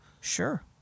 Sure